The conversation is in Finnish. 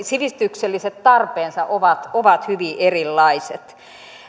sivistykselliset tarpeensa ovat ovat hyvin erilaiset